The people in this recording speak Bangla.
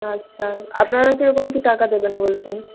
আচ্ছা আপনারা কীরকম কী টাকা দেবেন বলছেন